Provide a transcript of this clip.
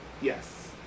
Yes